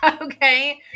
okay